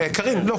קארין, לא.